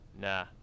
Nah